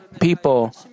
people